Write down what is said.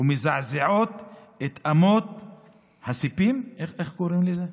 ומזעזעים את אמות הסיפים" איך קוראים לזה?